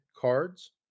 cards